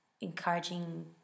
Encouraging